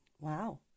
Wow